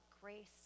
grace